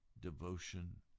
devotion